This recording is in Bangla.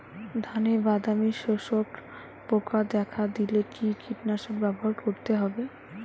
ধানে বাদামি শোষক পোকা দেখা দিলে কি কীটনাশক ব্যবহার করতে হবে?